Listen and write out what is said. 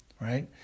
right